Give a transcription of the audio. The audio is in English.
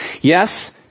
yes